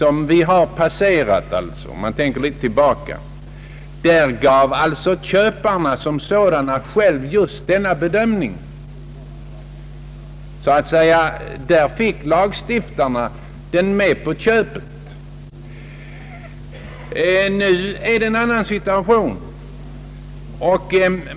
Om man går litet tillbaka i tiden finner man att köparna själva gjorde just denna bedömning. Lagstiftarna fick alltså avkastningsbedömningen med på köpet så att säga. Nu råder en annan situation.